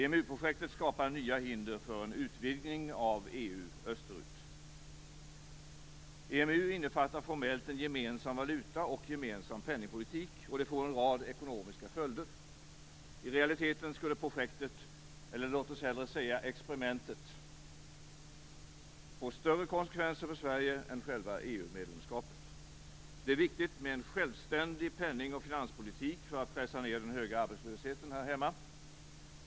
EMU-projektet skapar nya hinder för en utvidgning av EU österut. EMU innefattar formellt en gemensam valuta och gemensam penningpolitik. Det får en rad ekonomiska följder. I realiteten skulle projektet, eller låt oss hellre säga experimentet, få större konsekvenser för Sverige än själva EU-medlemskapet. Det är viktigt med en självständig penning och finanspolitik för att pressa ned den höga arbetslösheten här hemma.